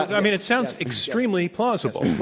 i mean, it sounds extremely plausible.